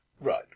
Right